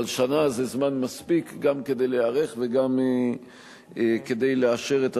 אבל שנה זה זמן מספיק גם כדי להיערך וגם כדי לאשר את התקנות.